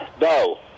No